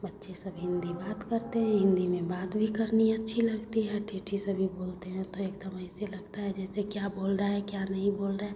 बच्चे सब हिन्दी बात करते हैं हिन्दी में बात भी करनी अच्छी लगती है ठेठी सभी बोलते हैं तो एकदम ऐसे लगता है जैसे क्या बोल रहा है क्या नहीं बोल रहें